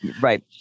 right